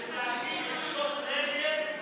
כשתאגיד יפשוט רגל,